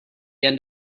end